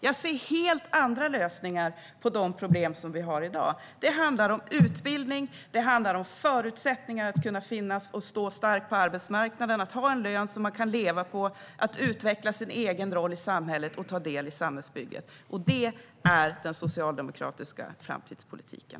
Jag ser helt andra lösningar på de problem som vi har i dag. Det handlar om utbildning, om förutsättningar att finnas och stå stark på arbetsmarknaden, om att ha en lön som man kan leva på, om att utveckla sin egen roll i samhället och om att ta del i samhällsbygget. Det är den socialdemokratiska framtidspolitiken.